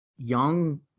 young